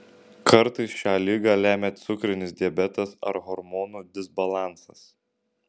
kartais šią ligą lemia cukrinis diabetas ar hormonų disbalansas